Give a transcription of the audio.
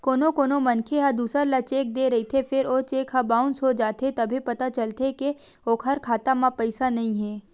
कोनो कोनो मनखे ह दूसर ल चेक दे रहिथे फेर ओ चेक ह बाउंस हो जाथे तभे पता चलथे के ओखर खाता म पइसा नइ हे